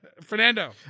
Fernando